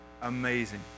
amazing